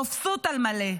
רפיסות על מלא.